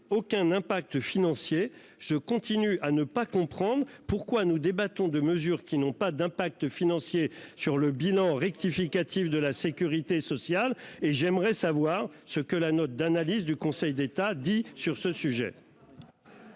sécurité sociale. Je continue de ne pas comprendre pourquoi nous débattons de mesures qui n'ont pas d'impact financier sur le bilan rectificatif de la sécurité sociale. J'aimerais savoir ce que dit la note d'analyse du Conseil d'État sur le sujet